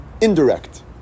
indirect